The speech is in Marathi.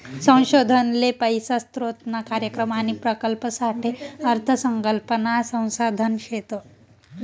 संशोधन ले पैसा स्रोतना कार्यक्रम आणि प्रकल्पसाठे अर्थ संकल्पना संसाधन शेत